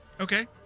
Okay